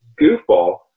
goofball